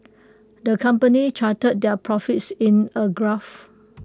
the company charted their profits in A graph